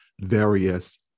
various